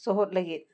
ᱥᱚᱦᱚᱫ ᱞᱟᱹᱜᱤᱫ